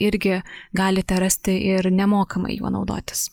irgi galite rasti ir nemokamai juo naudotis